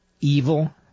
evil